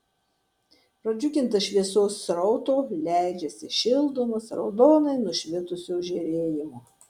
pradžiugintas šviesos srauto leidžiasi šildomas raudonai nušvitusio žėrėjimo